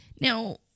now